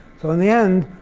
so in the end,